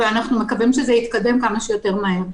ואנחנו מקווים שזה יתקדם כמה שיותר מהר.